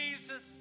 Jesus